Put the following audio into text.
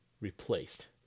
replaced